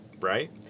right